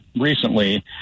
recently